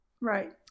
Right